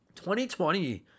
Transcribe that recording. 2020